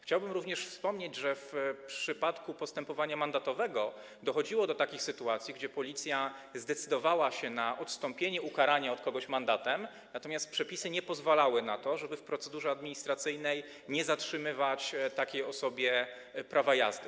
Chciałbym również wspomnieć, że w przypadku postępowania mandatowego dochodziło do takich sytuacji, kiedy Policja zdecydowała się na odstąpienie od ukarania od kogoś mandatem, natomiast przepisy nie pozwalały na to, żeby w procedurze administracyjnej nie zatrzymywać takiej osobie prawa jazdy.